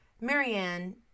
Marianne